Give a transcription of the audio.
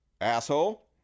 Asshole